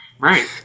right